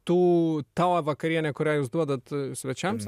tų tavo vakarienė kurią jūs duodat svečiams